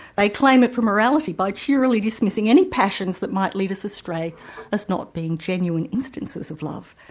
they claim it for morality by cheerily dismissing any passions that might lead us astray as not being genuine instances of love,